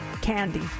candy